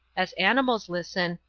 as animals listen,